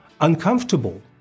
uncomfortable